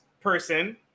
person